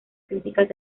críticas